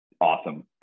awesome